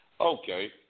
Okay